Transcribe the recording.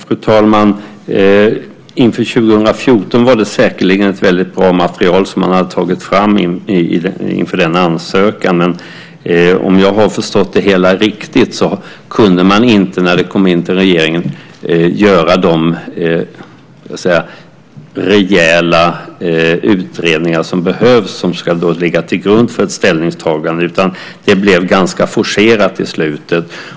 Fru talman! Inför ansökan för 2014 hade man säkert tagit fram ett väldigt bra material. Om jag har förstått det hela rätt kunde man inte, när det kom in till regeringen, göra de rejäla utredningar som behövs som grund för ett ställningstagande. Det blev ganska forcerat till slut.